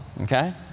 okay